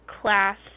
class